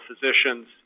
physicians